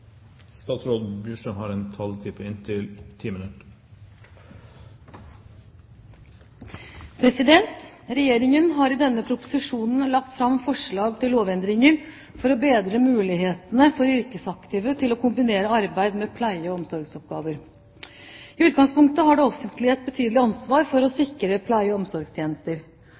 har i denne proposisjonen lagt fram forslag til lovendringer for å bedre mulighetene for yrkesaktive til å kombinere arbeid med pleie- og omsorgsoppgaver. I utgangspunktet har det offentlige et betydelig ansvar for å sikre pleie- og